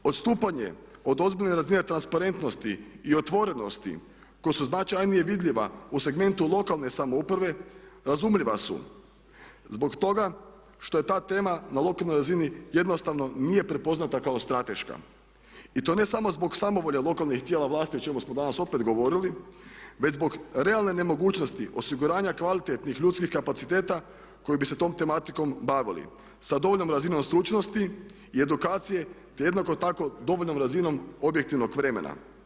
Odstupanjem od ozbiljne razine transparentnosti i otvorenosti koja su značajnije vidljiva u segmentu lokalne samouprave razumljiva su zbog toga što je ta tema na lokalnoj razini jednostavno nije prepoznata kao strateška i to ne samo zbog samovolje lokalnih tijela vlasti o čemu smo danas opet govorili već zbog realne nemogućnosti, osiguranja kvalitetnih ljudskih kapaciteta koji bi se tom tematikom bavili sa dovoljnom razinom stručnosti i edukacije, te jednako tako dovoljnom razinom objektivnog vremena.